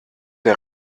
der